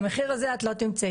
במחיר הזה את לא תמצאי,